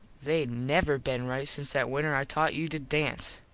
they never been right since that winter i taught you to dance.